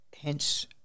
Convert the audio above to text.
hence